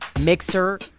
mixer